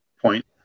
point